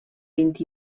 vint